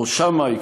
או שמאי,